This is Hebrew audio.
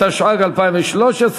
התשע"ג 2013,